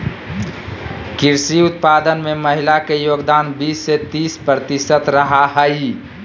कृषि उत्पादन में महिला के योगदान बीस से तीस प्रतिशत रहा हइ